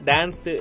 Dance